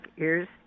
ears